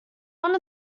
one